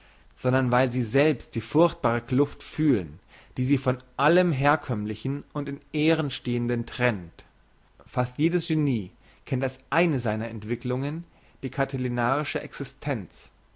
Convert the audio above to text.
sondern weil sie selbst die furchtbare kluft fühlen die sie von allem herkömmlichen und in ehren stehenden trennt fast jedes genie kennt als eine seiner entwicklungen die catilinarische existenz